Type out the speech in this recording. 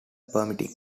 permitting